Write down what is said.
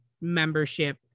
membership